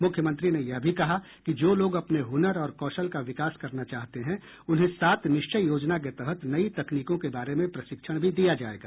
मुख्यमंत्री ने यह भी कहा कि जो लोग अपने हुनर और कौशल का विकास करना चाहते हैं उन्हें सात निश्चय योजना के तहत नई तकनीकों के बारे में प्रशिक्षण भी दिया जायेगा